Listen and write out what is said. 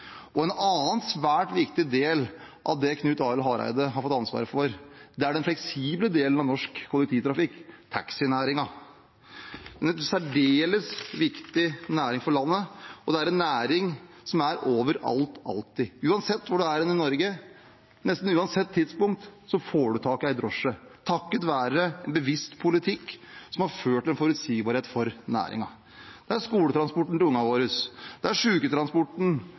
En annen svært viktig del av det som Knut Arild Hareide har fått ansvaret for, er den fleksible delen av norsk kollektivtrafikk: taxinæringen. Det er en særdeles viktig næring for landet, og det er en næring som er overalt alltid. Uansett hvor man er i Norge, og nesten uansett tidspunkt, får man tak i en drosje – takket være en bevisst politikk som har ført til forutsigbarhet for